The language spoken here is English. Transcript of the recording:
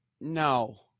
no